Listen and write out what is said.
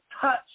touch